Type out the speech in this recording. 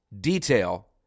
detail